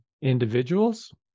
individuals